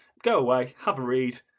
go away, have a read,